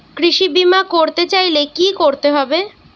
কৃষি বিমা করতে চাইলে কি করতে হবে?